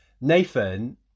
Nathan